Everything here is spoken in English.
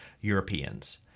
Europeans